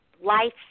Life